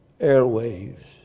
airwaves